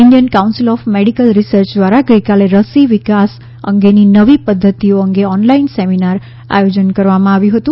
Indian council of medical research દ્વારા ગઈકાલે રસી વિકાસ અંગેની નવી પદ્ધતિઓ અંગે ઑનલાઇન સેમિનારનું આયોજન કરવામાં આવ્યું હતું